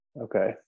Okay